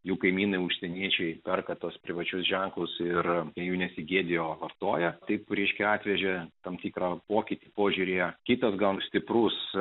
jų kaimynai užsieniečiai perka tuos privačius ženklus ir jų nesigėdijo vartojo tai reiškia atvežė tam tikrą pokytį o žiūrėjo kitas gan stiprus